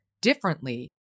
differently